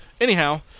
Anyhow